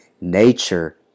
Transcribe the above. nature